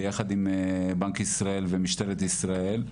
ביחד עם בנק ישראל ומשטרת ישראל,